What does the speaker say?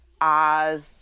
Oz